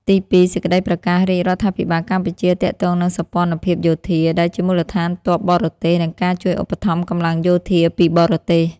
ទីពីរ សេចក្តីប្រកាសរាជរដ្ឋាភិបាលកម្ពុជា ទាក់ទងនឹងសម្ព័ន្ធភាពយោធា ដែលជាមូលដ្ឋានទ័ពបរទេស និងការជួយឧបត្ថម្ភកម្លាំងយោធាពីបរទេស។